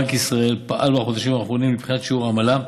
בנק ישראל פעל בחודשים האחרונים לבחינת שיעור העמלה,